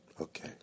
Okay